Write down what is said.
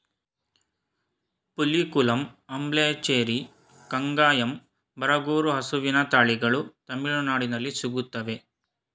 ಪುಲಿಕುಲಂ, ಅಂಬ್ಲಚೇರಿ, ಕಂಗಾಯಂ, ಬರಗೂರು ಹಸುವಿನ ತಳಿಗಳು ತಮಿಳುನಾಡಲ್ಲಿ ಸಿಗುತ್ತವೆ